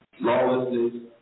lawlessness